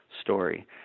story